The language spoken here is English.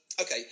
okay